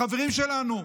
החברים שלנו,